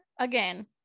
again